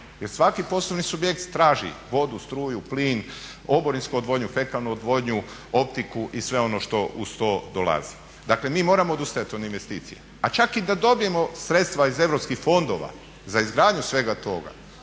jer svaki poslovni subjekt traži vodu, struju, plin, oborinsku odvodnju, fekalnu odvodnju, optiku i sve ono što uz to dolazi. Dakle, mi moramo odustajat od investicija a čak i da dobijemo sredstva iz EU fondova za izgradnju svega toga